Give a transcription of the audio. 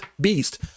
beast